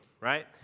right